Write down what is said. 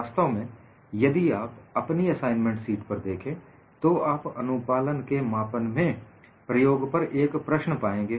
वास्तव में यदि आप अपनी असाइनमेंट सीट पर देखें तो आप अनुपालन के मापन में प्रयोग पर एक प्रश्न पाएंगे